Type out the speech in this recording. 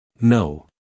No